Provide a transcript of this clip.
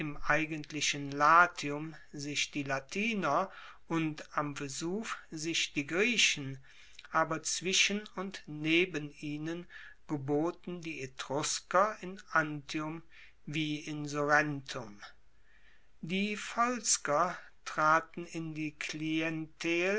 eigentlichen latium sich die latiner und am vesuv sich die griechen aber zwischen und neben ihnen geboten die etrusker in antium wie in surrentum die volsker traten in die klientel